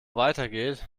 weitergeht